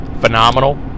phenomenal